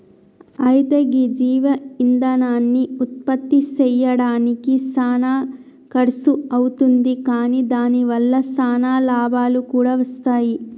అయితే గీ జీవ ఇందనాన్ని ఉత్పప్తి సెయ్యడానికి సానా ఖర్సు అవుతుంది కాని దాని వల్ల సానా లాభాలు కూడా వస్తాయి